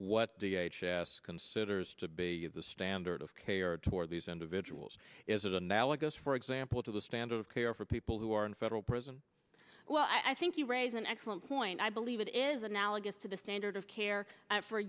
what the considers to be the standard of care for these individuals is analogous for example to the standard of care for people who are in federal prison i think you raise an excellent point i believe it is analogous to the standard of care for